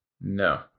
no